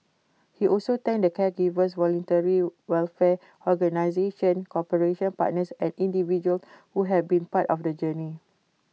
he also thanked the caregivers voluntary welfare organisations corporate partners and individuals who have been part of the journey